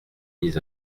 mis